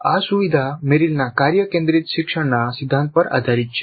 આ સુવિધા મેરિલના કાર્ય કેન્દ્રિત શિક્ષણના સિદ્ધાંત પર આધારિત છે